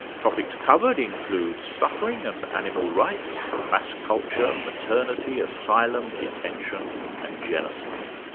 topics covered include suffering and animal rights, mass culture, maternity, asylum, detention and genocide.